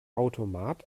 automat